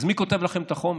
אז מי כותב לכם את החומר